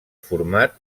format